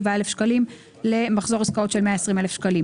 אלף שקלים למחזור עסקאות של 120 אלף שקלים.